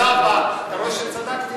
אתה רואה שצדקתי?